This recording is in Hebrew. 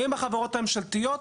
הן החברות הממשלתיות,